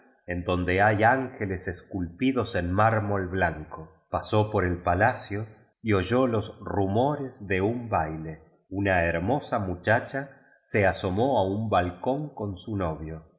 en donde hay án geles esculpidos en mármol blanco pasó por el pa lacio y oyó los rumores de un baile una hermosa muchacha se asomó a un balcón con su novio iqué